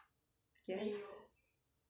yes